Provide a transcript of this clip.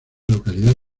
localidad